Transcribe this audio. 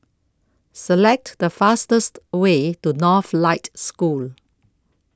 Select The fastest Way to Northlight School